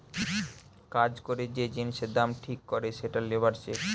কাজ করে যে জিনিসের দাম ঠিক করে সেটা লেবার চেক